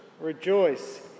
rejoice